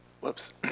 Whoops